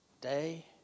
Day